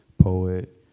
poet